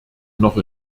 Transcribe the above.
noch